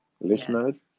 listeners